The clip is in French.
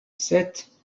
sept